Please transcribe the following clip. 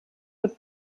wird